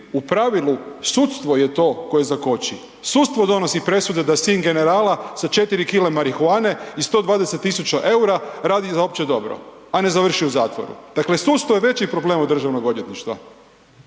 u pravilu sudstvo je to koje zakoči, sudstvo donosi presude da sin generala sa 4 kg marihuane i 120.000 EUR-a radi za opće dobro, a ne završi u zatvoru. Dakle, sudstvo je veći problem od državnog odvjetništva.